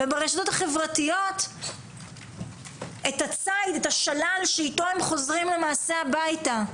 וברשתות החברתיות את השלל שאיתו הם חוזרים למעשה הביתה.